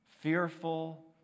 fearful